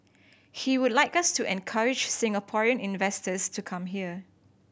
he would like us to encourage Singaporean investors to come here